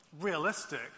realistic